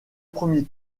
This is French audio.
premier